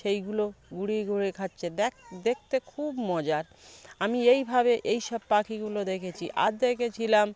সেইগুলো ঘুরে ঘুরে খাচ্ছে দেখ দেখতে খুব মজার আমি এইভাবে এই সব পাখিগুলো দেখেচি আর দেখেছিলাম